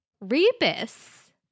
Rebus